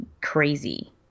crazy